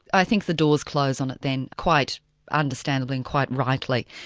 i think the doors close on it then quite understandably and quite rightly.